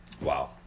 Wow